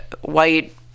white